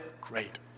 great